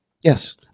Yes